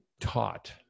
taught